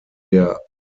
der